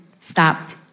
stopped